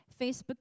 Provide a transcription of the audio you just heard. Facebook